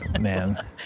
man